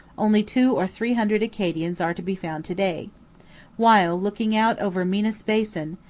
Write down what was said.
only two or three hundred acadians are to be found to-day while, looking out over minas basin,